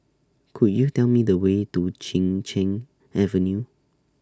Could YOU Tell Me The Way to Chin Cheng Avenue